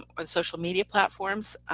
or social media platforms.